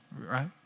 right